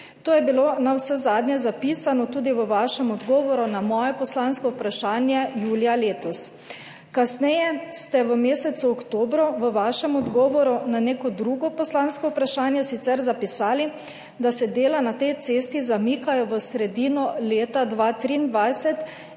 To je bilo navsezadnje zapisano tudi v vašem odgovoru na moje poslansko vprašanje julija letos. Kasneje ste v mesecu oktobru v svojem odgovoru na neko drugo poslansko vprašanje sicer zapisali, da se dela na tej cesti zamikajo v sredino leta 2023